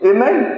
Amen